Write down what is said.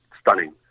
stunning